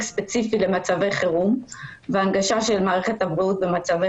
ספציפי למצבי חירום ולהנגשה של מערכת הבריאות במצבי